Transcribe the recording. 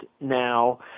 now